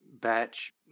batch